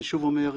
אני שוב אומר,